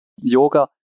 Yoga